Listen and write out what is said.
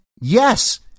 yes